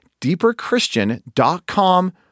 deeperchristian.com